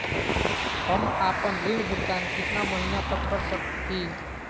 हम आपन ऋण भुगतान कितना महीना तक कर सक ही?